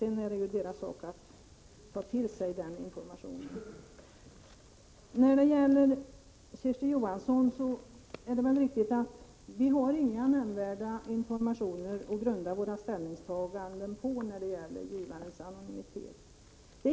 Sedan är det deras sak att hantera den informationen. Det är väl riktigt, Kersti Johansson, att vi inga nämnvärda informationer har att grunda våra ställningstaganden på när det gäller givarens anonymitet.